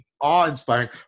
awe-inspiring